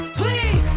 please